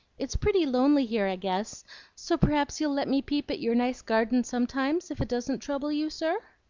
it's pretty lonely here, i guess so p'r'aps you'll let me peep at your nice garden sometimes if it doesn't trouble you, sir?